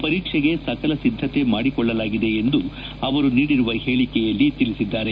ಪರೀಕ್ಷೆಗೆ ಸಕಲ ಸಿದ್ಧತೆ ಮಾಡಿಕೊಳ್ಳಲಾಗಿದೆ ಎಂದು ಅವರು ನೀಡಿರುವ ಹೇಳಿಕೆಯಲ್ಲಿ ತಿಳಿಸಿದ್ದಾರೆ